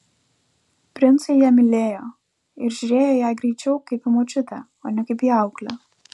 princai ją mylėjo ir žiūrėjo į ją greičiau kaip į močiutę o ne kaip į auklę